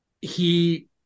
he